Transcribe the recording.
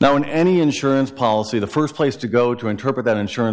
now in any insurance policy the first place to go to interpret that insurance